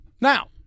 Now